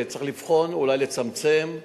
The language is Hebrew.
שצריך לבחון אולי לצמצם,